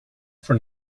for